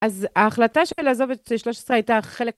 אז ההחלטה של לעזוב את 13 הייתה חלק